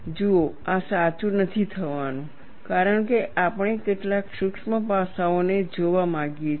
જુઓ આ સાચું નથી થવાનું કારણ કે આપણે કેટલાંક સૂક્ષ્મ પાસાંઓને જોવા માગીએ છીએ